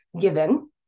given